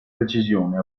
precisione